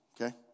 Okay